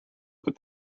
but